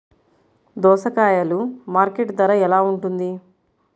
దోసకాయలు మార్కెట్ ధర ఎలా ఉంటుంది?